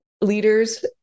leaders